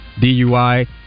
DUI